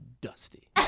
dusty